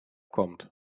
kommt